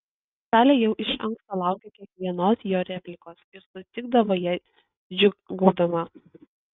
salė jau iš anksto laukė kiekvienos jo replikos ir sutikdavo ją džiūgaudama